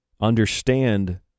understand